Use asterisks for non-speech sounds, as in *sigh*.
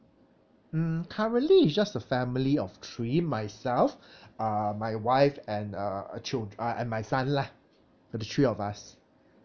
mm currently is just a family of three myself *breath* uh my wife and uh a chil~ uh and my son lah the three of us